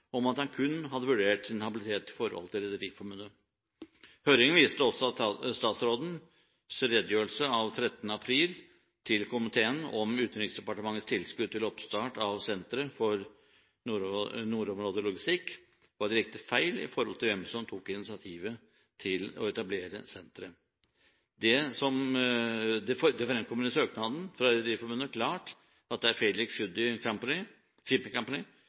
om at han kun hadde vurdert sin habilitet i forhold til Rederiforbundet. Høringen viste også at statsrådens redegjørelse av 13. april til komiteen om Utenriksdepartementets tilskudd til oppstart av Senter for nordområdelogistikk var direkte feil med tanke på hvem som tok initiativet til å etablere senteret. Det fremkommer klart i søknaden fra Rederiforbundet at det er